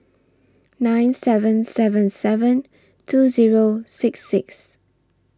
nine seven seven seven two Zero six six